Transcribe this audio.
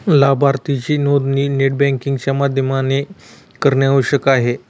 लाभार्थीची नोंदणी net banking च्या माध्यमाने करणे आवश्यक आहे